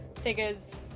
Figures